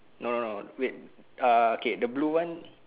no no no wait uh okay the blue [one]